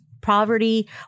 poverty